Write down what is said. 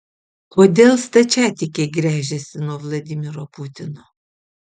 kodėl stačiatikiai gręžiasi nuo vladimiro putino